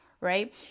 right